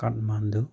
ꯀꯠꯃꯥꯟꯗꯨ